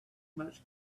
much